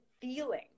feeling